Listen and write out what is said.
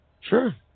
Sure